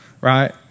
Right